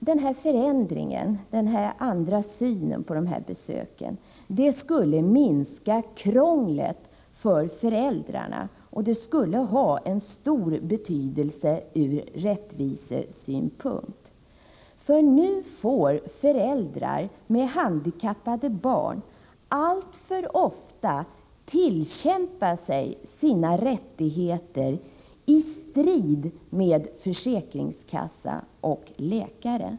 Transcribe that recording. Däremot skulle en sådan syn på dessa besök minska krånglet för föräldrarna och skulle ha stor betydelse från rättvisesynpunkt. Nu får föräldrar med handikappade barn alltför ofta tillkämpa sig sina rättigheter i strid med försäkringskassa och läkare.